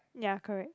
ya correct